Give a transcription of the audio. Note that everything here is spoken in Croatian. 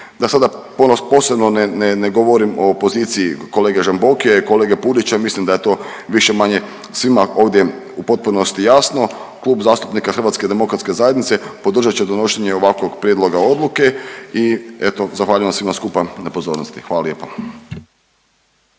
Da sada posebno ne govorim o poziciji kolege Žambokija i kolege Pudića mislim da je to više-manje svima ovdje u potpunosti jasno, Klub zastupnika HDZ-a podržat će donošenje ovakvog prijedloga odluke i eto zahvaljujem vam svima skupa na pozornosti. Hvala lijepa.